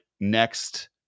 next